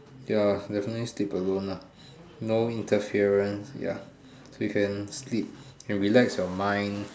ya definitely sleep alone ah no interference ya you can sleep you can relax your mind